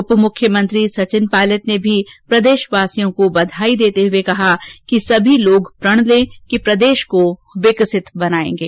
उपमुख्यमंत्री सचिन पायलट ने भी प्रदेशवासियों को बधाई देते हुये कहा कि सभी लोग प्रण ले कि प्रदेश को विकसित बनायेंगे